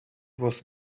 was